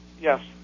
Yes